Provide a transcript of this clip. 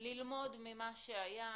ללמוד ממה שהיה.